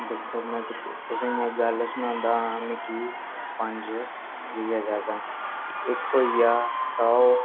दिक्खो में तुसें गी इक गल्ल सनान्ना मिगी पंज इ'यै जैदा इक होई गेआ सौ